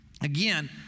again